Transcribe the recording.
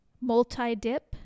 multi-dip